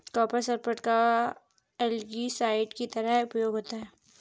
copper sulphate का algicide की तरह उपयोग होता है